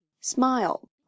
Smile